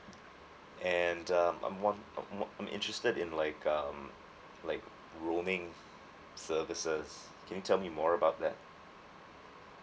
and um I'm wond~ I'm I'm interested in like um like roaming services can you tell me more about that